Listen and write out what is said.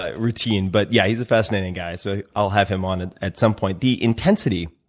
ah routine. but yeah, he's a fascinating guy so i'll have him on at at some point. the intensity,